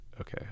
okay